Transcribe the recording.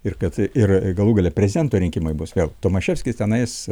ir kad ir galų gale prezidento rinkimai bus vėl tomaševskis tenais